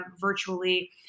virtually